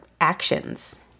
actions